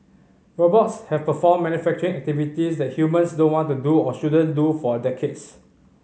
robots have performed manufacturing activities that humans don't want to do or shouldn't do for decades